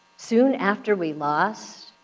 soon after we lost,